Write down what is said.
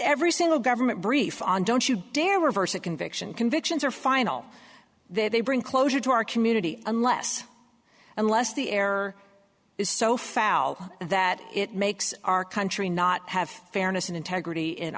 every single government brief on don't you dare reverse a conviction convictions or final that they bring closure to our community unless unless the error is so foul that it makes our country not have fairness and integrity in